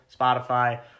Spotify